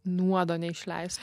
nuodo neišleisi